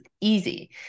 easy